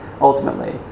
Ultimately